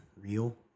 real